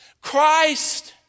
Christ